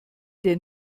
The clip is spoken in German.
der